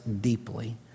deeply